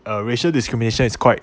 uh racial discrimination is quite